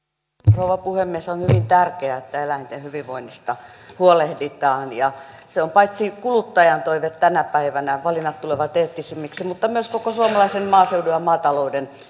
rouva puhemies on hyvin tärkeää että eläinten hyvinvoinnista huolehditaan se on kuluttajan toive tänä päivänä valinnat tulevat eettisemmiksi mutta myös koko suomalaisen maaseudun ja maatalouden